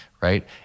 right